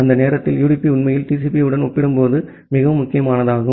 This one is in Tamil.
அந்த நேரத்தில் யுடிபி உண்மையில் டிசிபியுடன் ஒப்பிடும்போது மிகவும் முக்கியமானதாக இருக்கும்